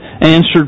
answered